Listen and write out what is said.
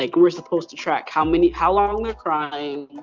like we're supposed to track how many, how long they're crying,